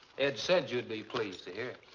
ed said you'd be pleased to hear.